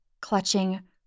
clutching